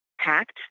hacked